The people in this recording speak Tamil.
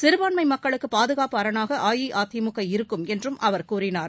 சிறுபான்மை மக்களுக்கு பாதுகாப்பு அரணாக அஇஅதிமுக இருக்கும் என்றும் அவர் கூறினார்